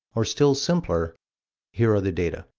or still simpler here are the data.